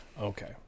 okay